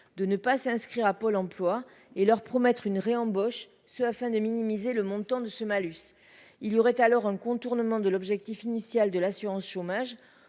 de ne pas s'inscrire à Pôle Emploi et leur promettre une réembauche ce afin de minimiser le montant de ce malus, il y aurait alors un contournement de l'objectif initial de l'assurance chômage,